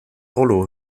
rollo